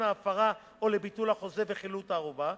ההפרה או לביטול החוזה ולחילוט ערובה,